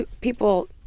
People